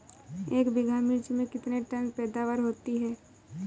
एक बीघा मिर्च में कितने टन पैदावार होती है?